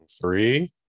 Three